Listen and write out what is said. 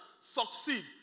succeed